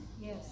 Yes